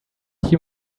you